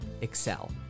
excel